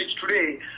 today